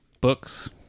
books